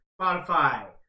Spotify